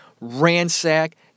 ransack